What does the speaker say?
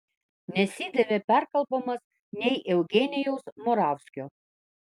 nesidavė perkalbamas nei eugenijaus moravskio